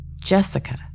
Jessica